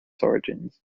origins